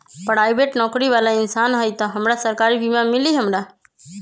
Private नौकरी बाला इंसान हई त हमरा सरकारी बीमा मिली हमरा?